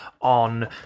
on